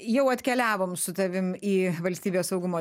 jau atkeliavom su tavim į valstybės saugumo